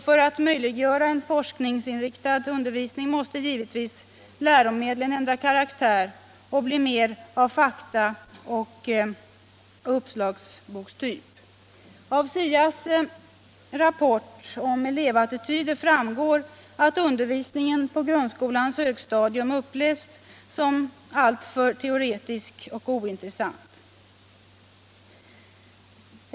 För att möjliggöra en forskningsinriktad undervisning måste givetvis läromedlen ändra karaktär och bli mer av faktaoch uppslagstyp. Av SIA:s rapport om elevattityder framgår att undervisningen på grundskolans högstadium upplevs som alltför teoretisk och ointressant.